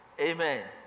Amen